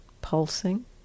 pulsing